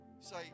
Say